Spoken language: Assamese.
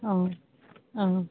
অঁ অঁ